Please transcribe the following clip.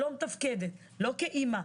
לא מתפקדת לא כאמא,